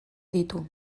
ditu